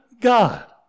God